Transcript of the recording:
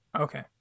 Okay